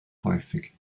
häufig